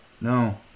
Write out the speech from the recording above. No